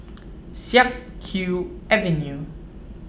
Siak Kew Avenue